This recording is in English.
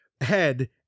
head